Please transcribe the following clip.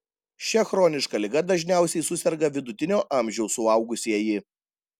šia chroniška liga dažniausiai suserga vidutinio amžiaus suaugusieji